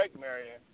Marion